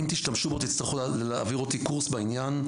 תשתמשו בו תצטרכו להעביר אותי קורס בעניין,